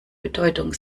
bedeutung